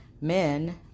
men